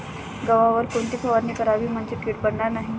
गव्हावर कोणती फवारणी करावी म्हणजे कीड पडणार नाही?